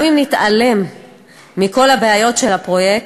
גם אם נתעלם מכל הבעיות של הפרויקט,